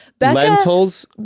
Lentils